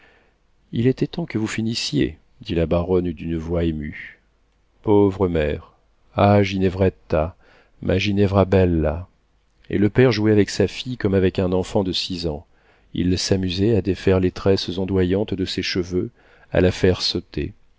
il était temps que vous finissiez dit la baronne d'une voix émue pauvre mère ah ginevretta ma ginevra bella et le père jouait avec sa fille comme avec un enfant de six ans il s'amusait à défaire les tresses ondoyantes de ses cheveux à la faire sauter